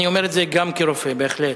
אני אומר את זה גם כרופא, בהחלט.